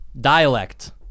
dialect